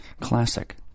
Classic